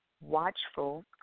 watchful